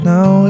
Now